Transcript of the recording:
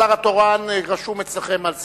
השר התורן רשום אצלכם על סדר-היום,